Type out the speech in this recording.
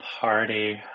Party